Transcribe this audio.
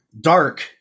dark